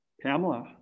Pamela